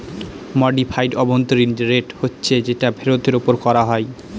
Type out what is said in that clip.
modified অভ্যন্তরীন rate হচ্ছে যেটা ফেরতের ওপর করা হয়